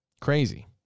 Crazy